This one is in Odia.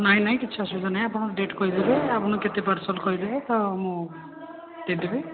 ନାହିଁ ନାହିଁ କିଛି ଅସୁବିଧା ନାହିଁ ଆପଣ ଡେଟ୍ କହିଦେବେ ଆପଣ କେତେ ପାର୍ସଲ୍ କହିଦେବେ ତ ମୁଁ ଦେଇଦେବି